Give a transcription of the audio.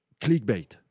clickbait